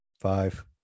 Five